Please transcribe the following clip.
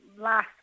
last